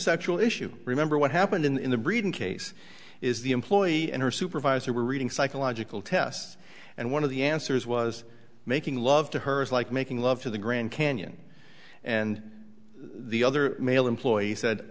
sexual issue remember what happened in the breeding case is the employee and her supervisor were reading psychological tests and one of the answers was making love to her like making love to the grand canyon and the other male employee